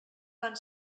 van